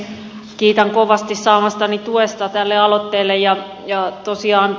kiitän kovasti saamastani tuesta tälle aloitteelle